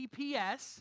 GPS